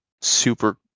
super